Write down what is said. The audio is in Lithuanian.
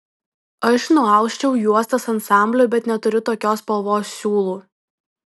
aš nuausčiau juostas ansambliui bet neturiu tokios spalvos siūlų